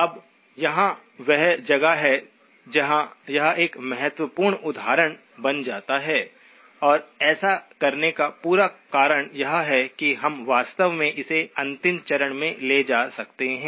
अब यहां वह जगह है जहां यह एक महत्वपूर्ण उदाहरण बन जाता है और ऐसा करने का पूरा कारण यह है कि हम वास्तव में इसे अंतिम चरण में ले जा सकते हैं